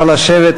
נא לשבת,